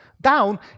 down